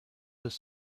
his